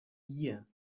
year